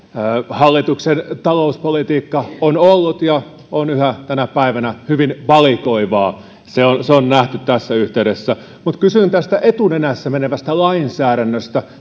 hallituksen talouspolitiikka on ollut ja on yhä tänä päivänä hyvin valikoivaa se on se on nähty tässä yhteydessä mutta kysyn tästä etunenässä menevästä lainsäädännöstä